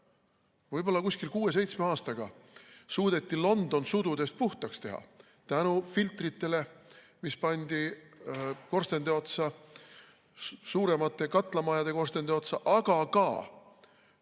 võib-olla kuue-seitsme aastaga suudeti London sududest puhtaks teha tänu filtritele, mis pandi korstende otsa, suuremate katlamajade korstende otsa, aga ka majade